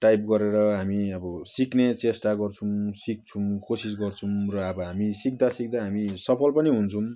type गरेर हामी अब सिक्ने चेष्टा गर्छौँ सिक्छौँ कोसिस गर्छौँ र अब हामी सिक्दा सिक्दा हामी सफल पनि हुन्छौँ